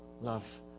love